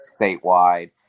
statewide